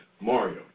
Mario